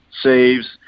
saves